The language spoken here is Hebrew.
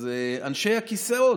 אז אנשי הכיסאות,